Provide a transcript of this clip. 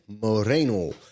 Moreno